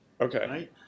Okay